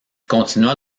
continua